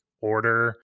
order